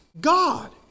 God